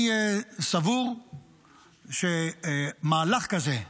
אני סבור שמהלך כזה,